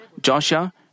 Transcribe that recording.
Joshua